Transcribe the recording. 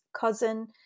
cousin